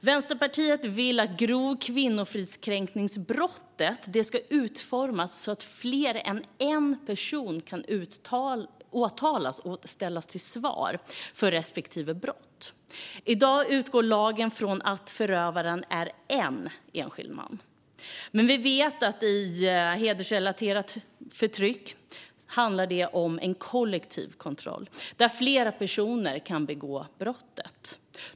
Vänsterpartiet vill att brottet grov kvinnofridskränkning ska utformas så att fler än en person kan åtalas och ställas till svars för respektive brott. I dag utgår lagen från att förövaren är en enskild man. Vi vet dock att till exempel hedersrelaterat förtryck handlar om en kollektiv kontroll, där flera personer kan begå brottet.